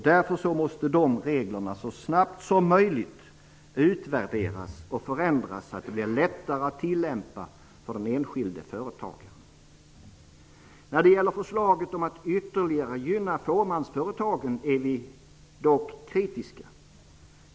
Därför måste dessa regler så snabbt som möjligt utvärderas och förändras så att de blir lättare att tillämpa för den enskilde företagaren. När det gäller förslaget om att ytterligare gynna fåmansföretagarna är vi dock kritiska.